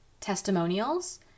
testimonials